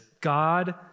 God